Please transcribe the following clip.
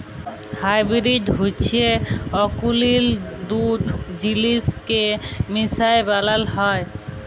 hybrid হছে অকুলীল দুট জিলিসকে মিশায় বালাল হ্যয়